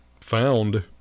found